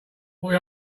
what